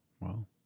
Wow